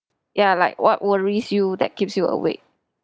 ya like what worries you that keeps you awake